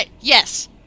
yes